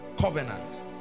Covenants